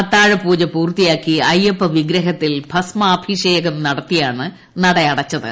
അത്താഴപൂജ പൂർത്തിയാക്കി അയ്യപ്പവിഗ്രഹത്തിൽ ഭസ്മാഭിഷേകം നടത്തിയാണ് നട അടച്ചത്